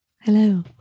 Hello